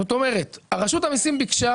זאת אומרת, רשות המיסים ביקשה